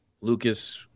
Lucas